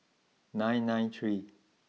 nine nine three